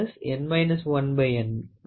D V